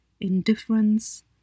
indifference